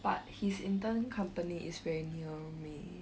but his intern company is very near me